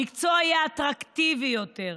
המקצוע יהיה אטרקטיבי יותר,